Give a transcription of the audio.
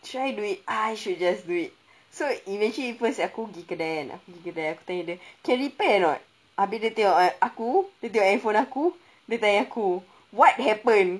should I do it I should just do it so imagine at first aku pergi kedai kan aku pergi kedai aku tanya dia can repair or not habis dia tengok aku dia tengok iphone aku dia tanya aku what happened